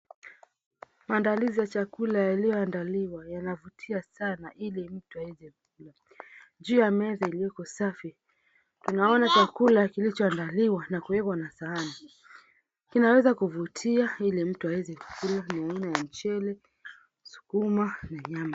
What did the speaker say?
Maandalizi ya chakula yaliyoandaliwa yanavutia sana ili mtu aweze kukula. Juu ya meza iliyoko safi tunaona chakula kilichoandaliwa na kuwekwa na sahani. Kinaweza kuvutia ili mtu aweze kukula ni aina ya mchele, sukuma na nyama.